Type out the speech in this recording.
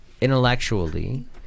intellectually